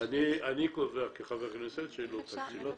אני קובע כחבר כנסת שהיא לא תקציבית.